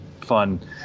fun